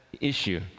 issue